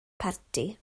parti